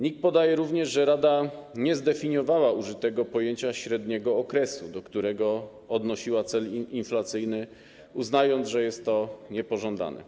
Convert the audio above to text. NIK podaje również, że rada nie zdefiniowała użytego pojęcia średniego okresu, do którego odnosiła cel inflacyjny, uznając, że jest to niepożądane.